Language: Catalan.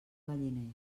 galliner